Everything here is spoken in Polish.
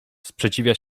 sprzeciwia